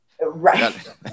right